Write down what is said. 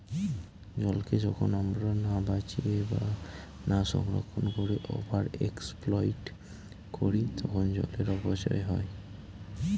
জলকে যখন আমরা না বাঁচিয়ে বা না সংরক্ষণ করে ওভার এক্সপ্লইট করি তখন জলের অপচয় হয়